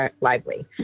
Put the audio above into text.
Lively